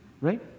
right